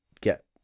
get